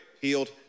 healed